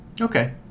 Okay